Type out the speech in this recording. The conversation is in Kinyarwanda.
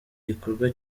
gikorwa